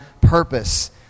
purpose